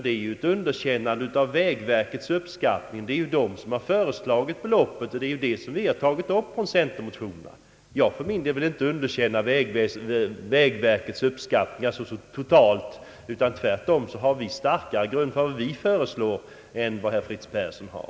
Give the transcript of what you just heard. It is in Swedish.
Det är ju ett underkännande av vägverkets beräkningar. Det är vägverket som föreslagit beloppet, och det är vägverkets siffror vi har tagit upp i centermotionerna. Jag vill för min del inte underkänna vägverkets uppskattningar så totalt. Tvärtom har vi starkare grund för vårt förslag än vad herr Persson har.